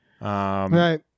Right